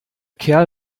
kerl